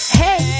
hey